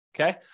okay